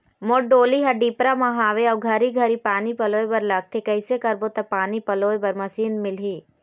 मोर डोली हर डिपरा म हावे अऊ घरी घरी पानी पलोए बर लगथे कैसे करबो त पानी पलोए बर मशीन मिलही?